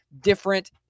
different